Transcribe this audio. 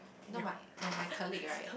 you know my my my colleague right